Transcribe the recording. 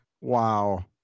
Wow